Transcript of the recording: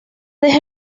deja